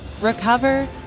recover